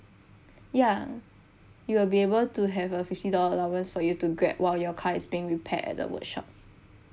ya you will be able to have a fifty dollar allowance for you to grab while your car is being repaired at workshop